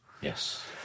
Yes